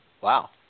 Wow